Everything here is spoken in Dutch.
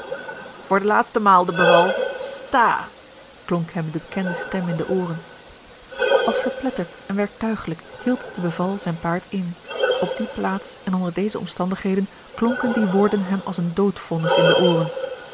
voor de laatste maal de beval sta klonk hem de bekende stem in de ooren als verpletterd en werktuigelijk hield de beval zijn paard in op die plaats en onder deze omstandigheden klonken die woorden hem als een doodvonnis in de ooren